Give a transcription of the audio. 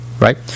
Right